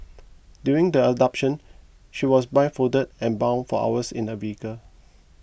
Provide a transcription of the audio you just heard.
during the abduction she was blindfolded and bound for hours in a vehicle